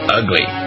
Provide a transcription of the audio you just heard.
ugly